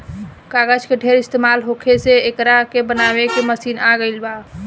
कागज के ढेर इस्तमाल होखे से एकरा के बनावे के मशीन आ गइल बा